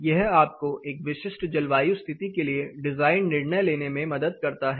यह आपको एक विशिष्ट जलवायु स्थिति के लिए डिजाइन निर्णय लेने में मदद करता है